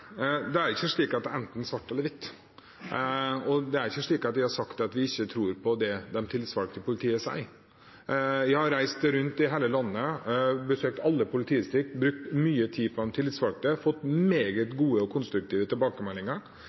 Det er ikke slik at det er enten svart eller hvitt. Det er ikke slik at vi har sagt at vi ikke tror på det de tillitsvalgte i politiet sier. Jeg har reist rundt i hele landet, besøkt alle politidistrikt, brukt mye tid på de tillitsvalgte og fått meget gode og konstruktive tilbakemeldinger.